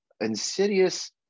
insidious